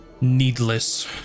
needless